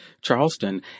Charleston